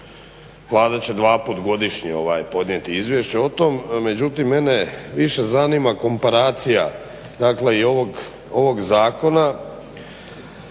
Vlada će dva puta godišnje podnijeti izvješće o tome. Međutim, mene više zanima komparacija dakle